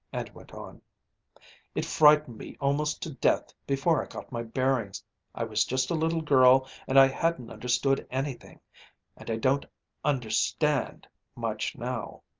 and went on it frightened me almost to death before i got my bearings i was just a little girl and i hadn't understood anything and i don't understand much now.